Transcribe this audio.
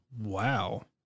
Wow